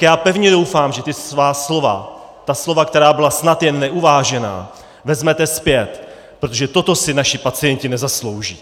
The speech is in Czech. Já pevně doufám, že svá slova, ta slova, která byla snad jen neuvážená, vezmete zpět, protože toto si naši pacienti nezaslouží.